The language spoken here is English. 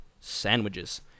sandwiches